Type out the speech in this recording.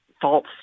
False